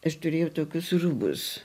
aš turėjau tokius rūbus